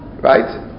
Right